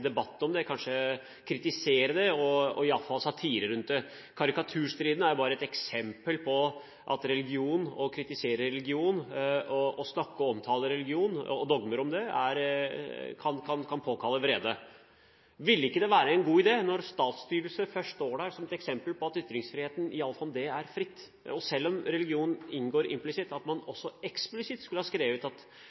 debatt om det, kanskje kritisere det og iallfall satire rundt det. Karikaturstriden er bare et eksempel på at religion – å kritisere religion, å snakke om og omtale religion og dogmer om det – kan påkalle vrede. Ville det ikke være en god idé, når statsstyrelse først står der som et eksempel på at ytringsfriheten om det iallfall er fritt? Selv om religion inngår implisitt, skulle man også eksplisitt ha skrevet